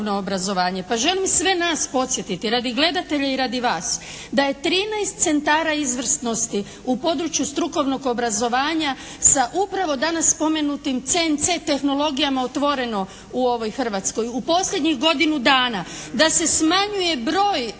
Pa želim sve nas podsjetiti radi gledatelja i radi vas da je 13 centara izvrsnosti u području strukovnog obrazovanja sa upravo danas spomenutim CNC tehnologijama otvoreno u ovoj Hrvatskoj u posljednjih godinu dana, da se smanjuje broj strukovnih sektora,